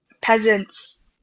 peasants